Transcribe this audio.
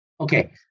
Okay